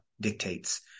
dictates